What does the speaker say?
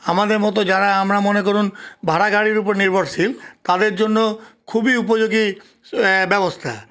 আমাদের মতো যারা আমরা মনে করুন ভাড়া গাড়ির উপর নির্ভরশীল তাদের জন্য খুবই উপযোগী ব্যবস্থা